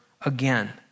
again